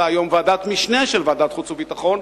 היום ועדת משנה של ועדת החוץ והביטחון,